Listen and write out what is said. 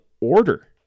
order